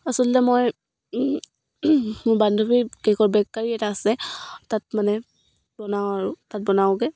আচলতে মই মোৰ বান্ধৱীৰ কেকৰ বেকাৰী এটা আছে তাত মানে বনাওঁ আৰু তাত বনাওগৈ